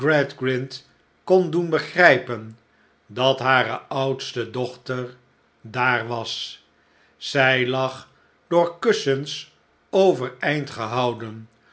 kon doen begrijpen dat hare oudste dochter daar was zij iag door kussens overeind gehouden